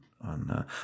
on